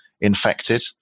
infected